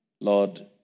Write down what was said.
Lord